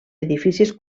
edificis